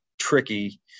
tricky